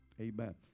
Amen